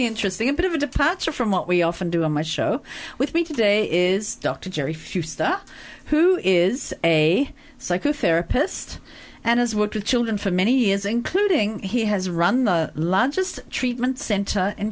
interesting a bit of a departure from what we often do on my show with me today is dr jerry few stuff who is a psychotherapist and has worked with children for many years including he has run the largest treatment center in